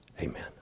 amen